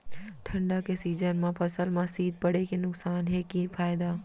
ठंडा के सीजन मा फसल मा शीत पड़े के नुकसान हे कि फायदा?